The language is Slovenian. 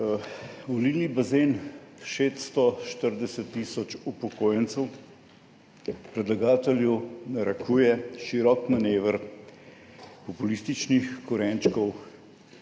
Volilni bazen 640 tisoč upokojencev predlagatelju narekuje širok manever populističnih korenčkov